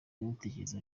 ingengabitekerezo